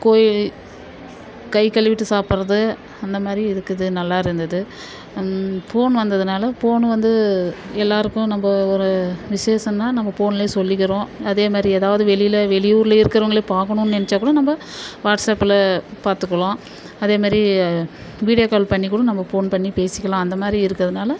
கைகழுவிட்டு சாப்பிடுறது அந்த மாதிரி இருக்குறது நல்லாயிருந்தது ஃபோன் வந்ததினால ஃபோனு வந்து எல்லோருக்கும் நம்ம ஒரு விசேஷம்னா நம்ம ஃபோன்லேயே சொல்லிக்கிறோம் அதேமாதிரி எதாவது வெளியில் வெளியூரில் இருக்கிறவங்கள பார்க்கணுன்னு நினைச்சாக்கூட நம்ம வாட்ஸப்பில் பாத்துக்கலாம் அதேமாதிரி வீடியோ கால் பண்ணிக்கூட நம்ம ஃபோன் பண்ணி பேசிக்கலாம் அந்தமாதிரி இருக்கிறதுனால